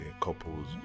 couples